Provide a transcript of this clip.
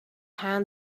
hand